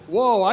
Whoa